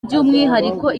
by’umwihariko